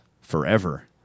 Forever